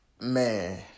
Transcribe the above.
man